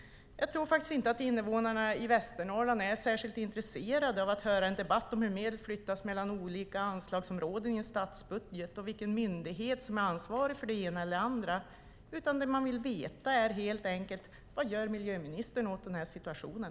Jag tror faktiskt inte att invånarna i Västernorrland är särskilt intresserade av att höra en debatt om hur medel flyttas mellan olika anslagsområden i en statsbudget och vilken myndighet som är ansvarig för det ena eller andra. Man vill helt enkelt veta vad miljöministern gör åt den här situationen.